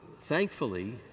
Thankfully